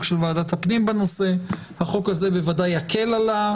-- שמשרד הפנים דרש שהחוק יאמר שהם לא ראיה לשום דבר.